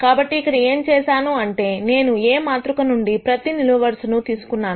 కాబట్టి ఇక్కడ ఏం చేశాను అంటే నేను A మాతృక నుండి ఈ ప్రతి నిలువు వరుస ను తీసుకున్నాను